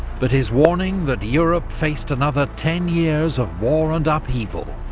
but his warning that europe faced another ten years of war and upheaval,